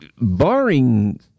barring